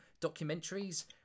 documentaries